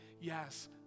yes